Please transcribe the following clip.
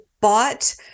bought